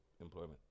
employment